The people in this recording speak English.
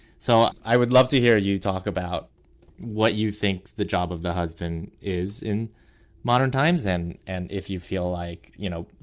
so i would love to hear you talk about what you think the job of the husband is in modern times. and and if you feel like, you know,